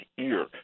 ear